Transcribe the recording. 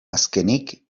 azkenik